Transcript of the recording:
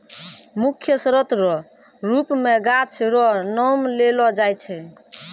मुख्य स्रोत रो रुप मे गाछ रो नाम लेलो जाय छै